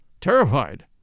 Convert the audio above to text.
terrified